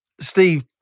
Steve